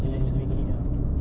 german body